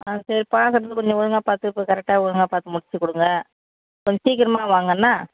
ஆ சரி பார்க்கறது கொஞ்ச ஒழுங்காக பார்த்து கரெட்டாக ஒழுங்காக பார்த்து முடிச்சிக் கொடுங்க கொஞ்சம் சீக்கிரமாக வாங்க என்ன